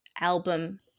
album